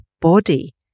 body